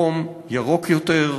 מקום ירוק יותר,